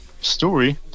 story